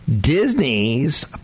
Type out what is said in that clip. Disney's